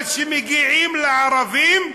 אבל כשמגיעים לערבים,